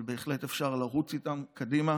אבל בהחלט אפשר לרוץ איתן קדימה.